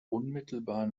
unmittelbar